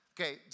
Okay